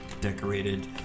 decorated